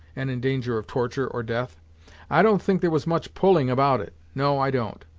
and in danger of torture or death i don't think there was much pulling about it no i don't.